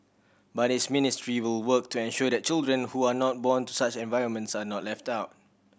but his ministry will work to ensure that children who are not born to such environments are not left out